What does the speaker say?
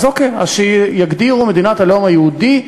אז שיגדירו מדינת הלאום היהודי,